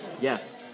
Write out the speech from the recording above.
Yes